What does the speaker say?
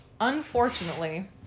unfortunately